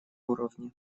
уровне